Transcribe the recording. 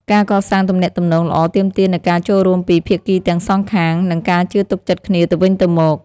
ការកសាងទំនាក់ទំនងល្អទាមទារនូវការចូលរួមពីភាគីទាំងសងខាង និងការជឿទុកចិត្តគ្នាទៅវិញទៅមក។